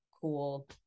cool